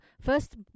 first